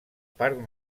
parc